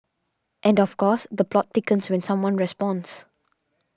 and of course the plot thickens when someone responds